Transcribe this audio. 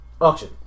auction